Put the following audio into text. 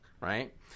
Right